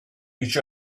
each